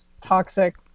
toxic